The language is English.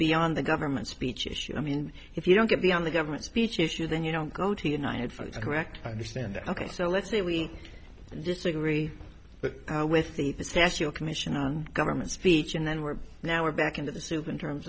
beyond the government speech issue i mean if you don't get the on the government speech issue then you don't go to united for correct i understand ok so let's say we disagree but with the special commission on government speech and then we're now we're back into the soup in terms